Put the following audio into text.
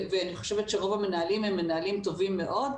ואני חושבת שרוב המנהלים הם מנהלים טובים מאוד,